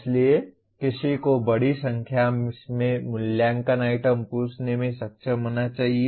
इसलिए किसी को बड़ी संख्या में मूल्यांकन आइटम पूछने में सक्षम होना चाहिए